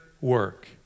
work